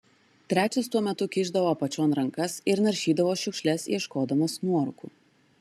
trečias tuo metu kišdavo apačion rankas ir naršydavo šiukšles ieškodamas nuorūkų